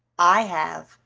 i have,